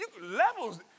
Levels